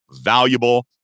valuable